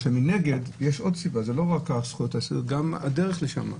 מנגד יש עוד סיבה: לא רק זכויות היסוד אלא גם הדרך לשם.